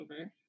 over